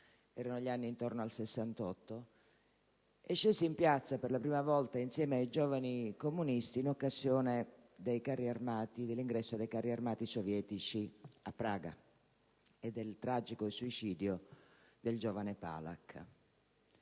erano gli anni intorno al '68). Scesi in piazza per la prima volta insieme ai Giovani comunisti, in occasione dell'ingresso dei carri armati sovietici a Praga e del tragico suicidio del giovane Palach.